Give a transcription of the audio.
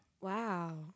Wow